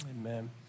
amen